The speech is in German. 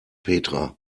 petra